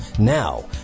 now